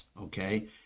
okay